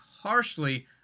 harshly